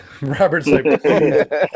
Robert's